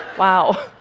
wow.